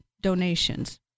donations